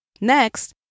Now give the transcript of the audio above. Next